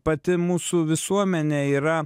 pati mūsų visuomenė yra